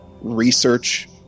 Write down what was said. research